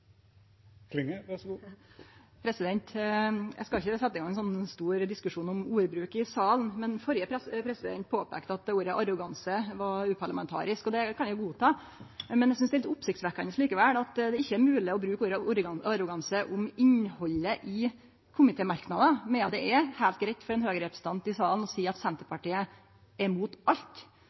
Eg skal ikkje setje i gang ein stor diskusjon om ordbruk i salen, men førre president påpeikte at ordet «arroganse» var uparlamentarisk. Det kan eg godta, men eg synest likevel det er oppsiktsvekkjande at det ikkje er mogleg å bruke ordet «arroganse» om innhaldet i komitémerknadar, medan det er heilt greitt for ein Høgre-representant i salen å seie at Senterpartiet er mot alt.